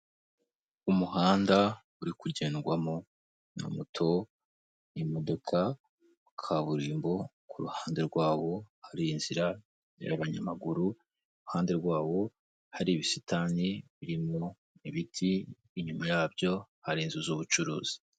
Umuhanda uri kugendwamo na moto, imodoka, kaburimbo ku ruhande rwawo hari inzira y'abanyamaguru, iruhande rwawo hari ubisitani burimo ibiti inyuma yabyo hari inzu z'ubucuruzi.